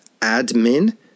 admin